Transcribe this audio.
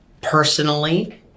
personally